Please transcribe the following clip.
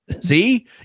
See